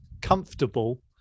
comfortable